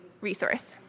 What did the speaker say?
resource